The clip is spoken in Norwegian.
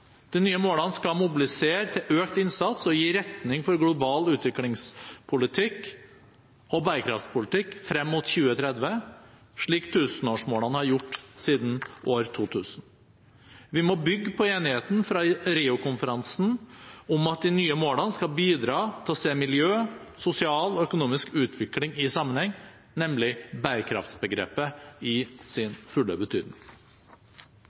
De nye målene skal mobilisere til økt innsats og gi retning for global utviklingspolitikk og bærekraftspolitikk frem mot 2030, slik tusenårsmålene har gjort siden år 2000. Vi må bygge på enigheten fra Rio-konferansen om at de nye målene skal bidra til å se miljø, sosial utvikling og økonomisk utvikling i sammenheng – nemlig bærekraftsbegrepet i sin fulle betydning.